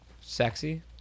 sexy